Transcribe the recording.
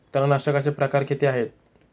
तणनाशकाचे प्रकार किती आहेत?